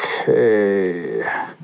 Okay